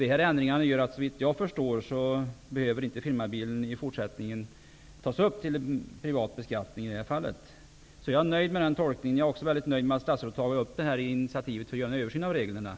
Dessa ändringar gör, såvitt jag förstår, att firmabil i fortsättningen inte behöver tas upp till privat beskattning. Jag är nöjd med denna tolkning. Jag är också väldigt nöjd med att statsrådet tagit initiativ till en översyn av reglerna.